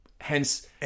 hence